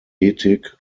ethik